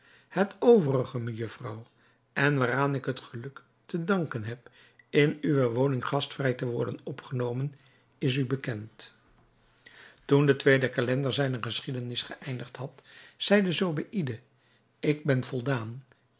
het overige mejufvrouw en waaraan ik het geluk te danken heb in uwe woning gastvrij te worden opgenomen is u bekend toen de tweede calender zijne geschiedenis geëindigd had zeide zobeïde ik ben voldaan